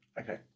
Okay